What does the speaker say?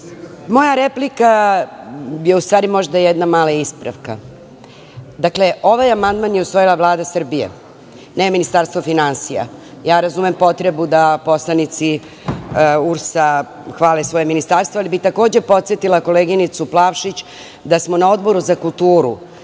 Moja replika je ustvari možda jedna mala ispravka. Ovaj amandman je usvojila Vlada Srbije, ne Ministarstvo finansija. Razumem potrebu da poslanici URS hvale svoje ministarstvo, ali bih takođe podsetila koleginicu Plavšić da smo na Odboru za kulturu